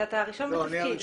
אתה הראשון בתפקיד.